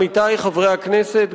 עמיתי חברי הכנסת,